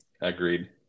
Agreed